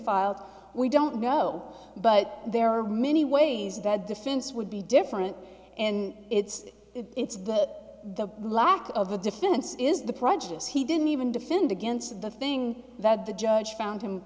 filed we don't know but there are many ways that defense would be different and it's it's that the lack of a defense is the projects he didn't even defend against the thing that the judge found him